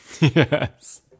Yes